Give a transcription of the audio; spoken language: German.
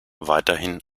weiterhin